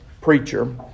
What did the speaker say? preacher